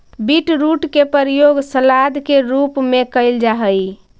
beetroot के प्रयोग salad के रूप में कैल जा हइ